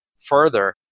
further